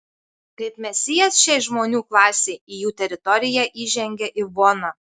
kaip mesijas šiai žmonių klasei į jų teritoriją įžengia ivona